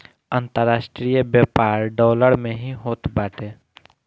अन्तरराष्ट्रीय व्यापार डॉलर में ही होत बाटे